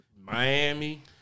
Miami